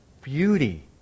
beauty